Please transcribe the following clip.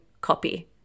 copy